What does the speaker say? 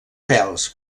pèls